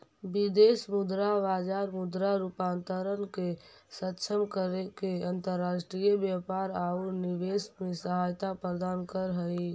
विदेश मुद्रा बाजार मुद्रा रूपांतरण के सक्षम करके अंतर्राष्ट्रीय व्यापार औउर निवेश में सहायता प्रदान करऽ हई